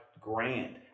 grand